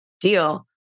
deal